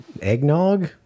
eggnog